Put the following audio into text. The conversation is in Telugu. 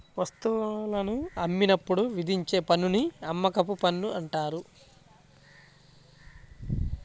వస్తువులను అమ్మినప్పుడు విధించే పన్నుని అమ్మకపు పన్ను అంటారు